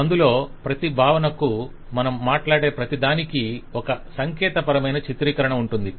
అందులో ప్రతి భావనకు మనం మాట్లాడే ప్రతిదానికి ఒక సంకేత పరమైన చిత్రీకరణ ఉంటుంది